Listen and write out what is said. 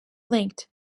linked